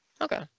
Okay